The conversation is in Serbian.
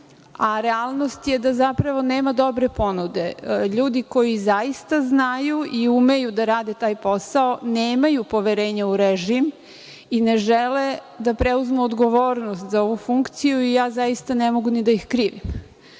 a realnost je da zapravo nema dobre ponude. LJudi koji zaista znaju i umeju da rade taj posao nemaju poverenje u režim i ne žele da preuzmu odgovornost za ovu funkciju i zaista ne mogu ni da ih krivim.